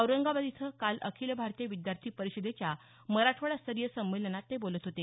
औरंगाबाद इथं काल अखिल भारतीय विद्यार्थी परिषदेच्या मराठवाडास्तरीय संमेलनात ते बोलत होते